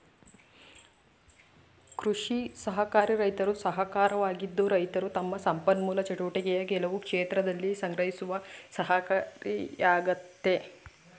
ಕೃಷಿ ಸಹಕಾರಿ ರೈತರ ಸಹಕಾರವಾಗಿದ್ದು ರೈತರು ತಮ್ಮ ಸಂಪನ್ಮೂಲ ಚಟುವಟಿಕೆಯ ಕೆಲವು ಕ್ಷೇತ್ರದಲ್ಲಿ ಸಂಗ್ರಹಿಸುವ ಸಹಕಾರಿಯಾಗಯ್ತೆ